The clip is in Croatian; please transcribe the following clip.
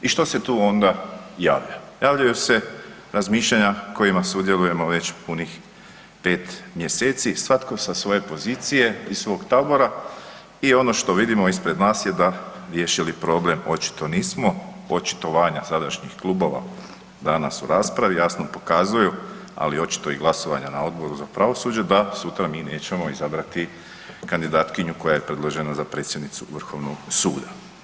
I što se tu onda javlja, javljaju se razmišljanja kojima sudjelujemo već 5 mjeseci svatko sa svoje pozicije, iz svog tabora i ono što vidimo ispred nas je da riješili problem očito nismo, očitovanja sadašnjih klubova danas u raspravi danas pokazuju, ali i očito glasovanja na Odboru za pravosuđe da sutra mi nećemo izabrati kandidatkinju koja je predložena za predsjednicu Vrhovnog suda.